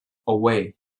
away